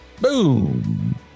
Boom